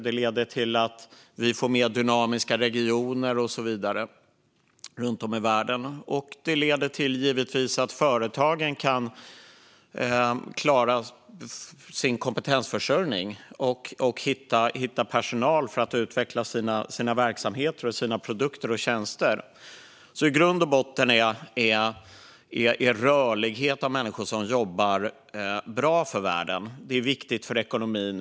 Det leder till att vi får mer dynamiska regioner runt om i världen. Och det leder givetvis till att företagen kan klara sin kompetensförsörjning och hitta personal för att utveckla sina verksamheter, produkter och tjänster. I grund och botten är rörlighet för människor som jobbar bra för världen. Det är viktigt för ekonomin.